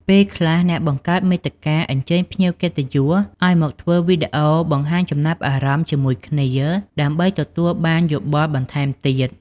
ពេលខ្លះ អ្នកបង្កើតមាតិកា អញ្ជើញភ្ញៀវកិត្តិយសឱ្យមកធ្វើវីដេអូបង្ហាញចំណាប់អារម្មណ៍ជាមួយគ្នា ដើម្បីទទួលបានយោបល់បន្ថែមទៀត។